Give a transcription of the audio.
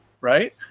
right